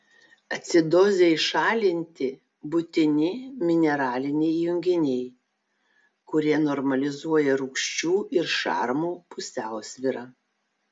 acidozei šalinti būtini mineraliniai junginiai kurie normalizuoja rūgščių ir šarmų pusiausvyrą